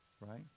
Right